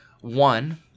One